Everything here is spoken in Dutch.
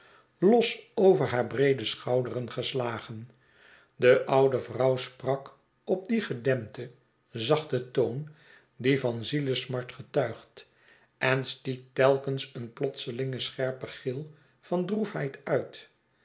los over haar breede schouderen geslagen de oude vrouw sprak op dien gedempten zachten toon die van zielesmart getuigt en stiet telkens een plotselingen scherpen gil van droefheid uit